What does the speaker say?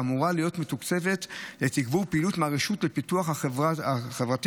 ואמורה להיות מתוקצבת לתגבור פעילות מהרשות לפיתוח החברתי-כלכלי